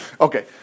Okay